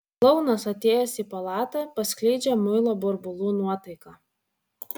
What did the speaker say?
klounas atėjęs į palatą paskleidžia muilo burbulų nuotaiką